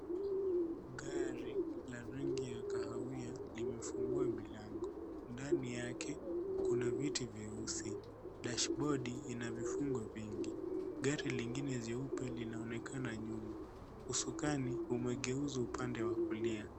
Gari la rangi ya kahawia limefungua milango. Ndani yake, kuna viti vyeusi. Dashibodi ina vifungo vingi. Gari lingine jeupe linaonekana nyuma. Usukani umegeuzwa upande wa kulia.